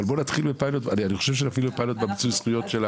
אבל אשמח שתרימו לנו דגל אדום איפה שאתם נעצרים.